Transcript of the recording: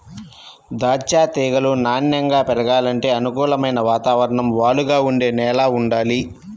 దాచ్చా తీగలు నాన్నెంగా పెరగాలంటే అనుకూలమైన వాతావరణం, వాలుగా ఉండే నేల వుండాలి